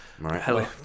hello